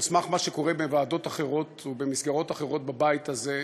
על סמך מה שקורה בוועדות אחרות ובמסגרות אחרות בבית הזה,